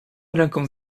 ręką